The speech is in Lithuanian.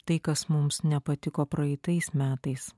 tai kas mums nepatiko praeitais metais